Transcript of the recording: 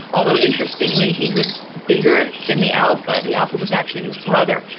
although, interestingly he was bigger than the alpha. the alpha was actually his brother,